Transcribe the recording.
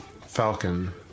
Falcon